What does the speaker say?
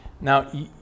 Now